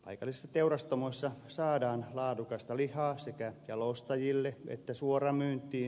paikallisissa teurastamoissa saadaan laadukasta lihaa sekä jalostajille että suoramyyntiin